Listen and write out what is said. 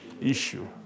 issue